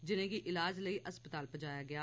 जिनेंगी इलाज लेई अस्पताल पजाया गेआ